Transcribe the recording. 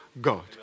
God